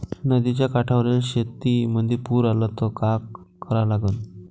नदीच्या काठावरील शेतीमंदी पूर आला त का करा लागन?